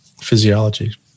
physiology